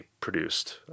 produced